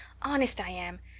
honest i am.